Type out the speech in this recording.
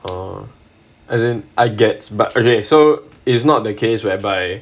orh I gets but okay so is not the case where by